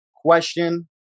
question